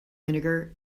vinegar